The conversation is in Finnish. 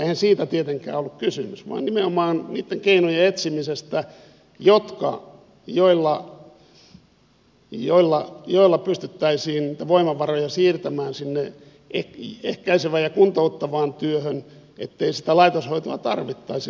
eihän siitä tietenkään ollut kysymys vaan nimenomaan niitten keinojen etsimisestä joilla pystyttäisiin niitä voimavaroja siirtämään sinne ehkäisevään ja kuntouttavaan työhön ettei sitä laitoshoitoa tarvittaisi niin paljon